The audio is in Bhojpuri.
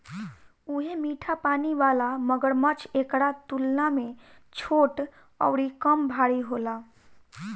उहे मीठा पानी वाला मगरमच्छ एकरा तुलना में छोट अउरी कम भारी होला